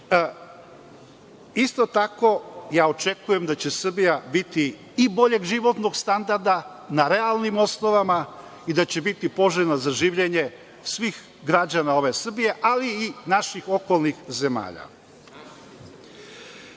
tako, ja očekujem da će Srbija biti i boljeg životnog standarda na realnim osnovama i da će biti poželjno za življenje svih građana ove Srbije, ali i naših okolnih